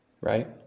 Right